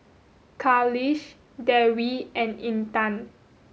Khalish Dewi and Intan